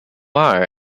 are